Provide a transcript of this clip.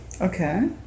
Okay